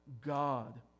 God